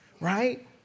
right